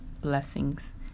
blessings